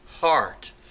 heart